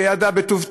שידע בטוב טעם,